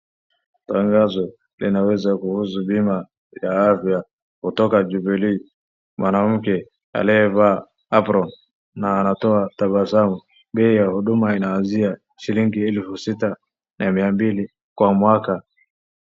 Tagazo linaeleza kuhusu bima ya afya kutoka jubilee . Mwanamke aliyevaa apron na anatoa tabasamu. Bei ya huduma inaanzia shilingi elfu sita na mia mbili kwa mwaka.